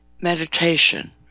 meditation